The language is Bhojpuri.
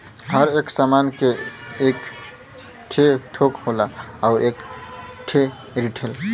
हर एक सामान के एक ठे थोक होला अउर एक ठे रीटेल